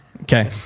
okay